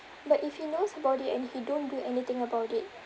but if he knows about it and he don't do anything about it